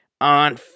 on